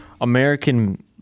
American